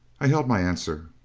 i held my answer.